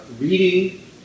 reading